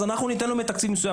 אז אנחנו ניתן לו מתקציב מסוים.